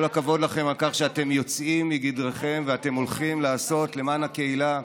כל הכבוד לכם על כך שאתם יוצאים מגדרכם ואתם הולכים לעשות למען הקהילה.